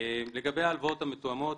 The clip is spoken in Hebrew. לגבי ההלוואות המותאמות,